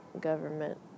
government